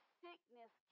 sickness